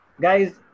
guys